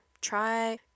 Try